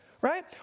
right